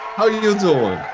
how you doing?